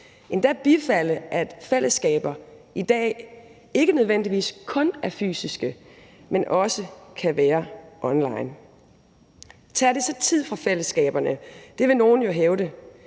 endda bifalde, at fællesskaber i dag ikke nødvendigvis kun er fysiske, men også kan være online. Tager det så tid fra fællesskaberne? Det vil nogle jo hævde,